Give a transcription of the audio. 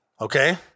Okay